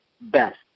best